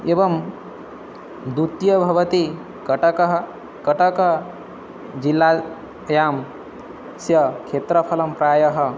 एवं द्वितीयः भवति कटकः कटक जिल्लायां तस्य क्षेत्रफलं प्रायः